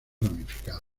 ramificado